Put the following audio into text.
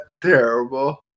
terrible